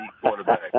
quarterback